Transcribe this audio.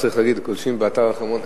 צריך להגיד: גולשים באתר החרמון.